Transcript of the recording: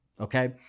okay